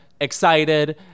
excited